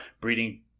Breeding